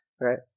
Right